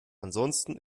ansonsten